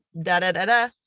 da-da-da-da